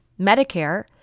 Medicare